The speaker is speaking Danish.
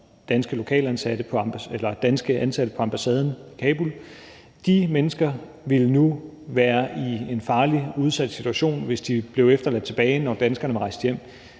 danske ansatte på ambassaden i Kabul. De mennesker ville nu være i en farlig og udsat situation, hvis de blev efterladt tilbage, da danskerne rejste hjem.